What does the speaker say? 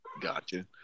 Gotcha